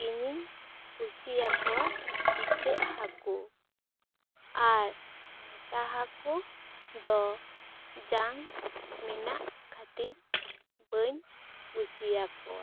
ᱤᱧᱤᱧ ᱠᱩᱥᱤᱭᱟ ᱠᱚᱣᱟ ᱤᱪᱟ ᱜ ᱦᱟᱹᱠᱩ ᱟᱨ ᱢᱚᱴᱟ ᱦᱟᱹᱠᱩ ᱫᱚ ᱡᱟᱝ ᱢᱮᱱᱟᱜ ᱠᱷᱟᱹᱛᱤᱨ ᱵᱟᱹᱧ ᱠᱩᱥᱤᱭᱟᱠᱚᱣᱟ